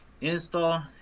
Install